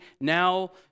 now